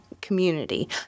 community